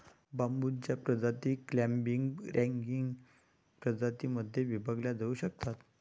बांबूच्या प्रजाती clumping, running प्रजातीं मध्ये विभागल्या जाऊ शकतात